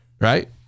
Right